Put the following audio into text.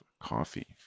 coffee